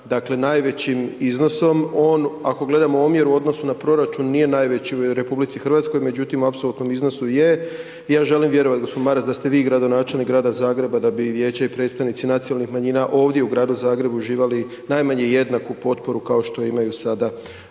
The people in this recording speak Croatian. dakle, najvećim iznosom, on, ako gledamo u omjeru u odnosu na proračun, nije najveći u RH, međutim, u apsolutnom iznosu je. Ja želim vjerovat g. Maras da ste vi gradonačelnik Grada Zagreba da bi vijeće i predstavnici nacionalnih manjina ovdje u Gradu Zagrebu uživali najmanje jednaku potporu kao što imaju sada.